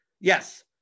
yes